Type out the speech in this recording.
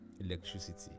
electricity